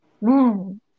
man